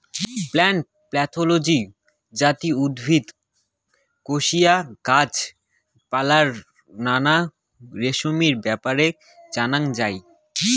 plant pathology যাতি উদ্ভিদ, কোশিয়া, গাছ পালার নানা বেমারির ব্যাপারে জানাঙ যাই